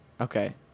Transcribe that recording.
Okay